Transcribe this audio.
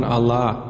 Allah